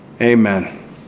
amen